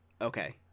okay